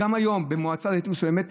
וגם היום במועצה דתית מסוימת,